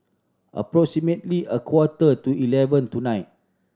approximately a quarter to eleven tonight